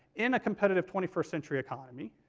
in a competitive twenty first century economy,